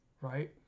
right